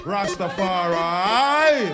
Rastafari